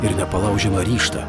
ir nepalaužiamą ryžtą